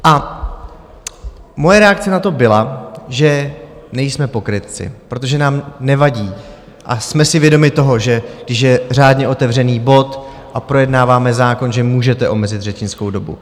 A moje reakce na to byla, že nejsme pokrytci, protože nám nevadí a jsme si vědomi toho, že když je řádně otevřený bod a projednáváme zákon, že můžete omezit řečnickou dobu.